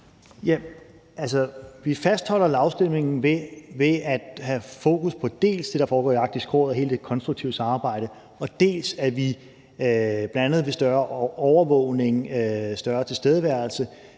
vi fastholder lavspændingen ved at have fokus på dels det, der foregår i Arktisk Råd, og hele det konstruktive samarbejde, dels at vi bl.a. ved større overvågning, større tilstedeværelse,